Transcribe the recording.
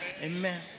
Amen